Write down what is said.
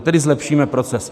Tedy zlepšíme proces.